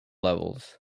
levels